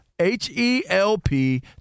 H-E-L-P